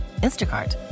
Instacart